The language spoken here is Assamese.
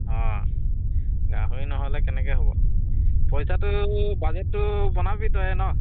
অঁ গাহৰি নহ'লে কেনেকৈ হ'ব পইচাটো বাজেটটো বনাবি তয়ে ন